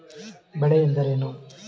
ಬೆಳೆ ಎಂದರೇನು?